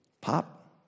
Pop